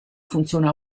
funziona